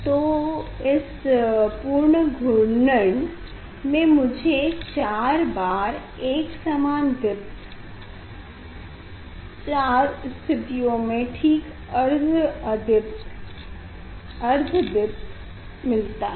तो इस पूर्ण घूर्णन में मुझे 4 बार अकसमान दीप्त और 4 स्थितियों में ठीक अर्ध अदीप्त -अर्ध दीप्त मिलता है